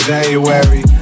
January